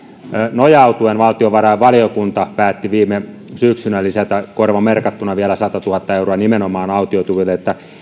nojautuen valtiovarainvaliokunta päätti viime syksynä lisätä korvamerkattuna vielä satatuhatta euroa nimenomaan autiotuville